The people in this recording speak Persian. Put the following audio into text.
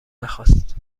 نخواست